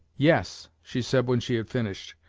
yes, she said when she had finished,